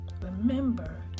Remember